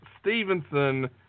Stevenson